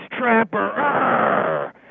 Trapper